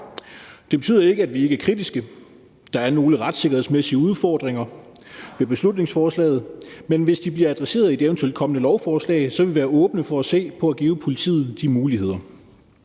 Det betyder ikke, at vi ikke er kritiske. Der er nogle retssikkerhedsmæssige udfordringer ved beslutningsforslaget, men hvis de bliver adresseret i et eventuelt kommende lovforslag, vil vi være åbne for at se på at give politiet de muligheder.